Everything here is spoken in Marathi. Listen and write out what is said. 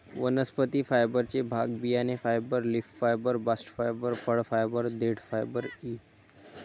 वनस्पती फायबरचे भाग बियाणे fibre, leaf fibre, bast fibre, फळ फायबर, देठ फायबर इ